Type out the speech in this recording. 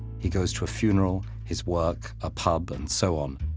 he goes to a funeral, his work, a pub, and so on,